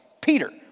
Peter